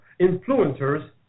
influencers